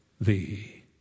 thee